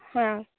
ᱦᱮᱸ